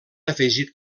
afegit